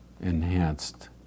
enhanced